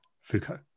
Foucault